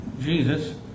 Jesus